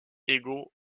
égaux